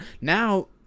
Now